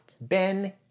Ben